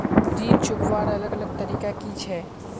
ऋण चुकवार अलग अलग तरीका कि छे?